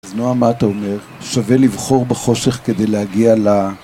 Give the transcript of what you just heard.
אז נועם, מה אתה אומר? שווה לבחור בחושך כדי להגיע ל...